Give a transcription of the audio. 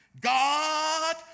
God